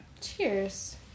Cheers